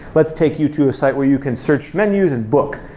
let's take you to a site where you can search menus and book.